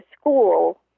school